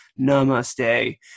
namaste